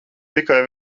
tikai